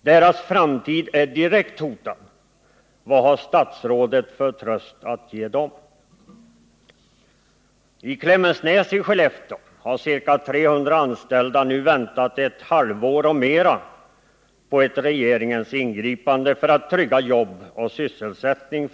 Deras framtid är direkt hotad. Vad har statsrådet för tröst att ge dem? I Klemensnäs i Skellefteå har ca 300 anställda nu väntat ett halvår och mer därtill på ett regeringens ingripande för att trygga jobb och sysselsättning.